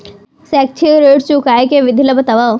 शैक्षिक ऋण चुकाए के विधि ला बतावव